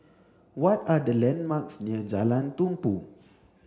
what are the landmarks near Jalan Tumpu